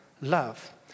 love